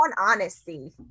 honesty